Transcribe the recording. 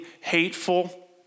hateful